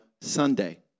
Sunday